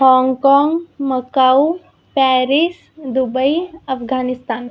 हाँगकाँग Macau Paris Dubai Afghanistan